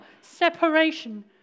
separation